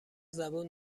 زبون